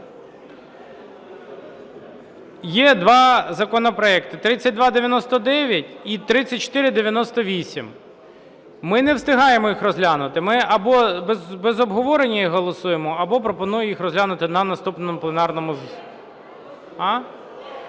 Є два законопроекти – 3299 і 3498. Ми не встигаємо їх розглянути. Ми або без обговорення їх голосуємо, або пропоную їх розглянути на наступному пленарному засіданні.